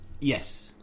Yes